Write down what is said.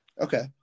Okay